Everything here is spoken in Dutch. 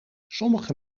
sommige